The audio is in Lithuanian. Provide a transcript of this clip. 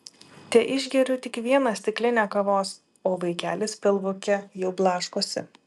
teišgeriu tik vieną stiklinę kavos o vaikelis pilvuke jau blaškosi